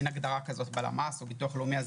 אין הגדרה כזו בלמ"ס או בביטוח לאומי,